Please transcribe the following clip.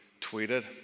tweeted